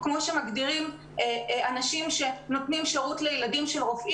או כמו שמגדירים אנשים שנותנים שירות לילדים של רופאים.